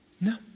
No